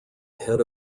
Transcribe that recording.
ahead